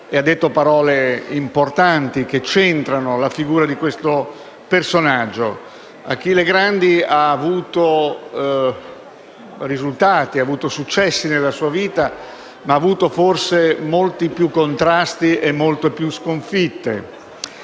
Ha detto parole importanti che centrano la figura di questo personaggio. Achille Grandi ha avuto risultati e successi nella sua vita, ma forse ha avuto molti più contrasti e molte più sconfitte.